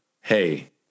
Hey